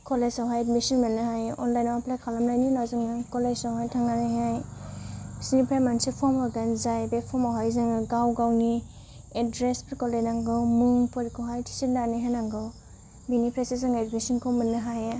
कलेजावहाय एडमिसन मोननो हायो अनलाइनाव एप्लाय खालामनायनि उनाव जोङो कलेजावहाय थांनानैहाय बिसोरनिफ्राय मोनसे फर्म होगोन जाय बे फर्मावहाय जोङो गाव गावनि एड्रेसफोरखौ लिरनांगौ मुंफोरखौहाय थिसननानै होनांगौ बिनिफ्रायसो जों एडमिसनखौ मोननो हायो